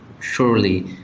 surely